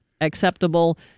acceptable